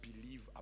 believe